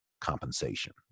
compensation